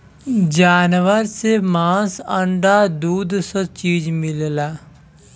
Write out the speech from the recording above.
जानवर से मांस अंडा दूध स चीज मिलला